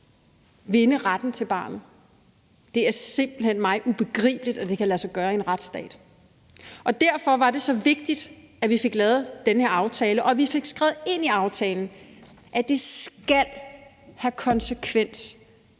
vinde retten til barnet? Det er mig simpelt hen ubegribeligt, at det kan lade sig gøre i en retsstat. Derfor var det så vigtigt, at vi fik lavet den aftale, og at vi fik skrevet ind i aftalen, at det skal have konsekvenser,